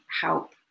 help